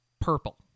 purple